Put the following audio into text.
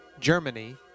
Germany